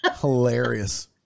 hilarious